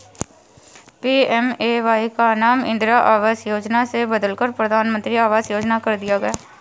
PMAY का नाम इंदिरा आवास योजना से बदलकर प्रधानमंत्री आवास योजना कर दिया गया